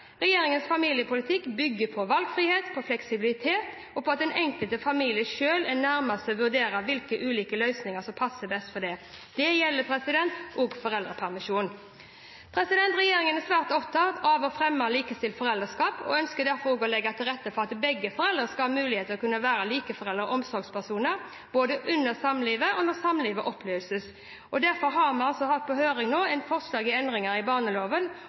Regjeringens familiepolitikk bygger på valgfrihet og fleksibilitet, og på at den enkelte familie selv er nærmest til å vurdere hvilke ulike løsninger som passer best for dem. Dette gjelder også foreldrepermisjon. Regjeringen er svært opptatt av å fremme likestilt foreldreskap og ønsker derfor å legge til rette for at begge foreldrene skal ha mulighet til å kunne være likeverdige omsorgspersoner, både under samliv og når samliv oppløses. Vi har derfor hatt på høring forslag til endringer i barneloven